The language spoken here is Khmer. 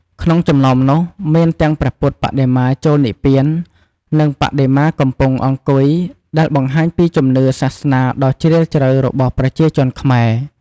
ក្នុងចំណោមនោះ មានទាំងព្រះពុទ្ធបដិមាចូលនិព្វាន និងបដិមាកំពុងអង្គុយ ដែលបង្ហាញពីជំនឿសាសនាដ៏ជ្រាលជ្រៅរបស់ប្រជាជនខ្មែរ។